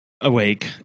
awake